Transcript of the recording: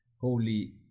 holy